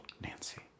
Nancy